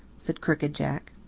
said crooked jack.